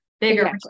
bigger